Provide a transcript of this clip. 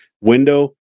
window